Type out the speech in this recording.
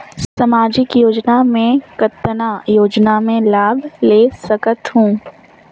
समाजिक योजना मे कतना योजना मे लाभ ले सकत हूं?